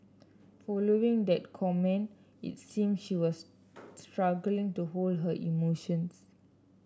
following that comment it seemed she was struggling to hold her emotions